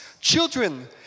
children